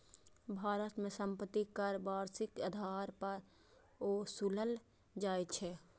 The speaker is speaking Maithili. भारत मे संपत्ति कर वार्षिक आधार पर ओसूलल जाइ छै